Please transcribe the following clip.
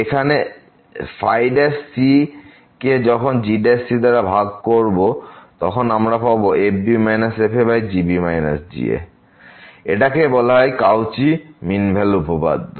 এখানে ϕ কে যখন g দ্বারা ভাগ করব তখন আমরা পাব fb f g g এটাকেই বলা হয় কাউচি মিন ভ্যালু উপপাদ্য